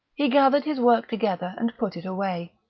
he gathered his work together and put it away.